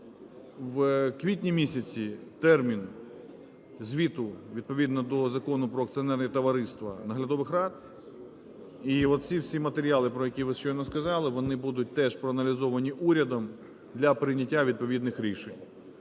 В квітні місяці – термін звіту відповідно до Закону "Про акціонерні товариства" наглядових рад, і ці всі матеріали, про які ви щойно сказали, вони будуть теж проаналізовані урядом для прийняття відповідних рішень,